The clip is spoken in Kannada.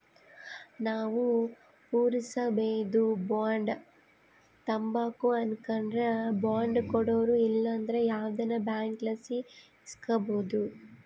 ನಾವು ಪುರಸಬೇದು ಬಾಂಡ್ ತಾಂಬಕು ಅನಕಂಡ್ರ ಬಾಂಡ್ ಕೊಡೋರು ಇಲ್ಲಂದ್ರ ಯಾವ್ದನ ಬ್ಯಾಂಕ್ಲಾಸಿ ಇಸ್ಕಬೋದು